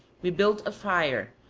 we built a fire,